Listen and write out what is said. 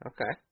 Okay